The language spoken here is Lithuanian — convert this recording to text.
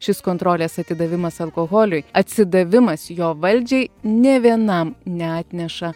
šis kontrolės atidavimas alkoholiui atsidavimas jo valdžiai ne vienam neatneša